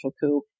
coup